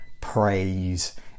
praise